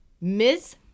Miss